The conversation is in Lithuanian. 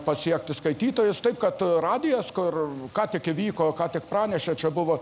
pasiekti skaitytojus taip kad radijas kur ką tik įvyko ką tik pranešė čia buvo